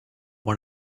one